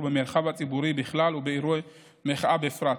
במרחב הציבורי בכלל ובאירועי מחאה בפרט.